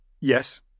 Yes